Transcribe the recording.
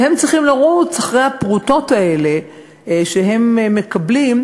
והם צריכים לרוץ אחרי הפרוטות האלה שהם מקבלים,